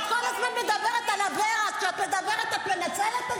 אתם צריכים להתבייש בניצול שלכם --- ממש בושה.